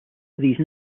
these